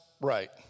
right